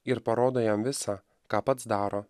ir parodo jam visa ką pats daro